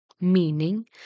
Meaning